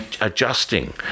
adjusting